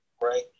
Right